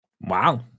wow